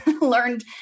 learned